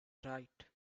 right